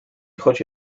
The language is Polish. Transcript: chodzi